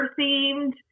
themed